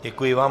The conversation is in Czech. Děkuji vám.